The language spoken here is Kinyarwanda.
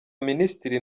baminisitiri